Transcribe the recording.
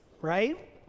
right